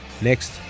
next